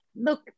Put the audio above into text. look